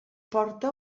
porta